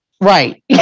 Right